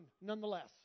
nonetheless